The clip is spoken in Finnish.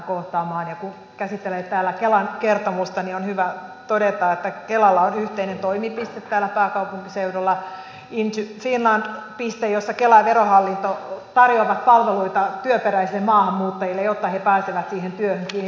ja kun käsitellään täällä kelan kertomusta niin on hyvä todeta että kelalla on yhteinen toimipiste täällä pääkaupunkiseudulla in to finland piste jossa kela ja verohallinto tarjoavat palveluita työperäisille maahanmuuttajille jotta he pääsevät siihen työhön kiinni